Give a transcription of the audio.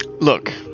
look